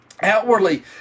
outwardly